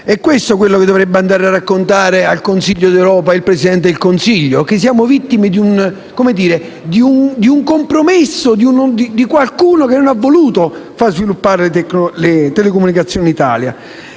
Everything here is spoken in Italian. Questo dovrebbe andare a raccontare al Consiglio europeo il Presidente del Consiglio, cioè che siamo vittime di un compromesso, di qualcuno che non ha voluto far sviluppare le telecomunicazioni in Italia.